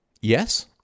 Yes